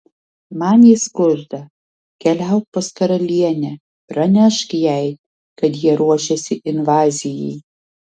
man jis kužda keliauk pas karalienę pranešk jai kad jie ruošiasi invazijai